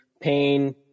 pain